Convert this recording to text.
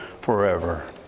forever